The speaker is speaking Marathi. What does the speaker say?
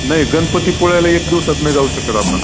नाही गणपतीपुळ्याला एक दिवसात नाही जाऊ शकत आपण